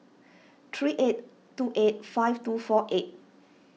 three eight two eight five two four eight